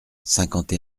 cinquante